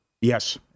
Yes